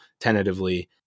tentatively